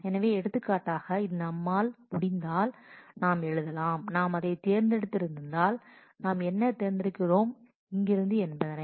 எனவே எடுத்துக்காட்டாக இது நம்மால் முடிந்தால் நாம் எழுதலாம் நாம் அதை தேர்ந்தெடுத்திருந்தால் நாம் என்ன தேர்ந்தெடுக்கிறோம் இங்கிருந்து என்பதனை